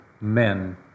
men